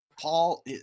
Paul